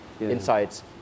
insights